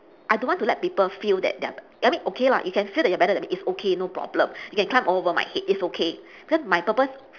I don't want to let people feel that they are I mean okay lah you can feel that you are better than me it's okay no problem you can climb over my head it's okay because my purpose